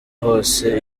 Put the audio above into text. hose